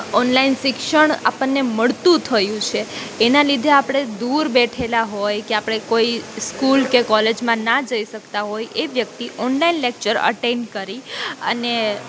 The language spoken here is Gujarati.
ઓનલાઈન શિક્ષણ આપણને મળતું થયું છે એનાં લીધે આપણે દૂર બેઠેલાં હોય કે આપણે કોઈ સ્કૂલ કે કોલેજમાં ન જઇ શકતાં હોય એ વ્યક્તિ ઓનલાઈન લેકચર અટેન્ડ કરી અને